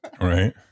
Right